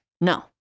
No